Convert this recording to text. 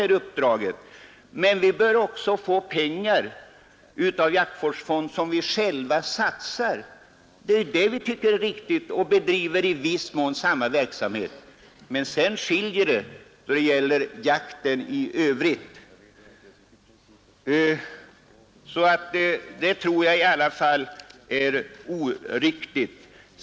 Jägarnas riksförbund-Landsbygdens jägare bör emellertid också få pengar ur jaktvårdsfonden, eftersom vårt förbund i viss mån bedriver samma verksamhet som Svenska jägareförbundet och vi även själva satsar pengar och betalar avgifter, även om vi skiljer oss åt i övrigt när det gäller jakten. De förhållanden som nu råder är felaktiga då det gäller anslagsfördelningen.